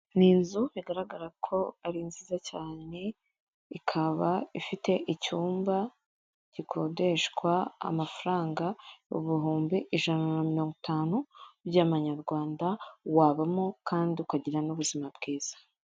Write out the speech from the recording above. Ni inzu bigaragara ko ari nziza cyane ikaba ifite icyumba gikodeshwa amafaranga ibihumbi ijana na mirongo itanu by'amanyarwanda wabamo kandi ukagira n'ubuzima bwiza.